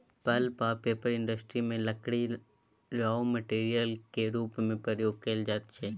pulp आ paper industry मे लकड़ी राँ मेटेरियल केर रुप मे प्रयोग कएल जाइत छै